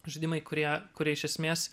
žaidimai kurie kurie iš esmės